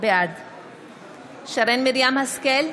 בעד שרן מרים השכל,